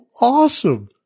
awesome